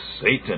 Satan